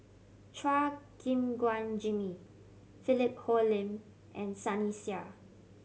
Chua Gim Guan Jimmy Philip Hoalim and Sunny Sia